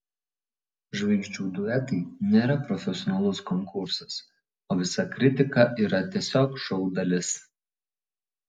žvaigždžių duetai nėra profesionalus konkursas o visa kritika yra tiesiog šou dalis